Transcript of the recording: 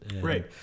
Right